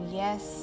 yes